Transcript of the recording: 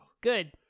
good